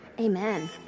Amen